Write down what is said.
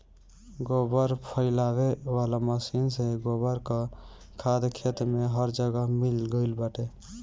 गोबर फइलावे वाला मशीन से गोबर कअ खाद खेत में हर जगह मिल गइल बाटे